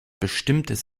bestimmtes